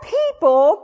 people